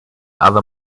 other